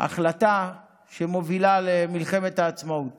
החלטה שהובילה למלחמת העצמאות